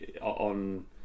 on